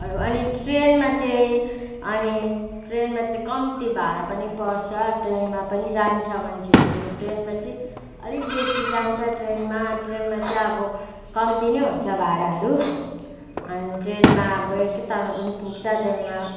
अरू अनि ट्रेनमा चाहिँ अनि ट्रेनमा चाहिँ कम्ती भाडा पनि पर्छ ट्रेनमा पनि जान्छ मान्छेहरू ट्रेनमा चाहिँ अलिक बेसी जान्छ ट्रेनमा ट्रेनमा चाहिँ अब कम्ती नै हुन्छ भाडाहरू अनि ट्रेनमा अब एक तालमा पनि पुग्छ ट्रेनमा